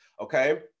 okay